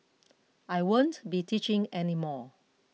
I won't be teaching any more